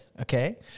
okay